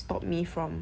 stop me from